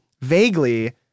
vaguely